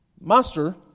Master